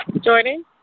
Jordan